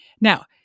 Now